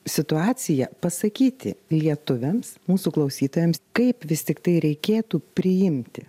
situaciją pasakyti lietuviams mūsų klausytojams kaip vis tiktai reikėtų priimti